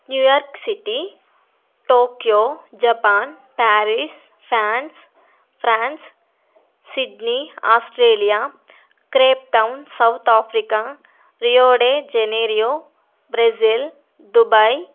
New York city Tokyo Japan Paris France Sydney Australia Cape Town South Africa Rio de Janeiro Brazil Dubai